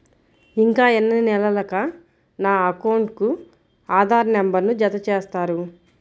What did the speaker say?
ఇంకా ఎన్ని నెలలక నా అకౌంట్కు ఆధార్ నంబర్ను జత చేస్తారు?